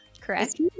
correct